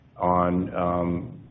on